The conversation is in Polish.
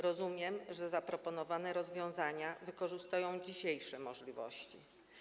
Rozumiem, że zaproponowane rozwiązania wykorzystują dzisiejsze możliwości.